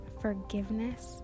forgiveness